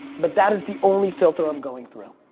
but that is the only filter i'm going through.